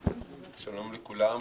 שלום לכולם.